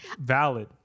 valid